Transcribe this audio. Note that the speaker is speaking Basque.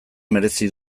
merezi